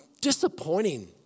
disappointing